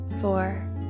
four